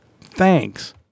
Thanks